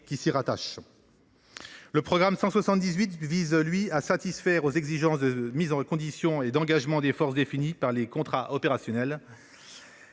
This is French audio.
qui s’y attache. Le programme 178 vise à satisfaire aux exigences de mise en condition et d’engagement des forces, définies par les contrats opérationnels.